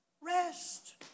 rest